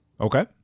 Okay